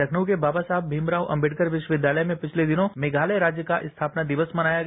लखनऊ के बाबा साहब भीमराव अंबेडकर विश्वविद्यालय में पिछल दिनों मेघालय राज्य का स्थापना दिवस मनाया गया